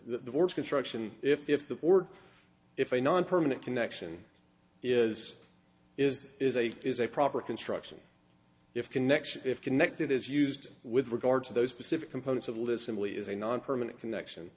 the words construction if the board if a nonpermanent connection is is is a is a proper construction if connection if connected as used with regard to those specific components of listen really is a nonpermanent connection